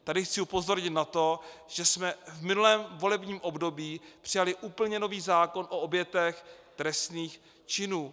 Tady chci upozornit na to, že jsme v minulém volebním období přijali úplně nový zákon o obětech trestných činů.